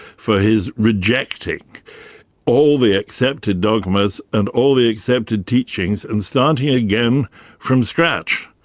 for his rejecting all the accepted dogmas and all the accepted teachings, and starting again from scratch.